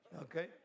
okay